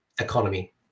economy